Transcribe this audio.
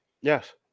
Yes